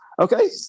okay